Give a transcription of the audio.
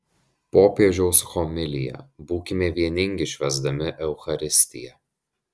popiežiaus homilija būkime vieningi švęsdami eucharistiją